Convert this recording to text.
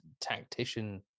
tactician